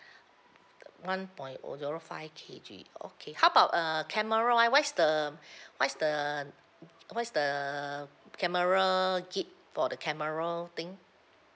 uh one point o~ zero five K_G okay how about err camera wise what's the what's the what's the camera gig for the camera thing